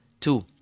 two